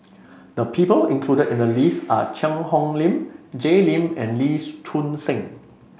the people included in the list are Cheang Hong Lim Jay Lim and Lees Choon Seng